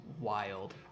wild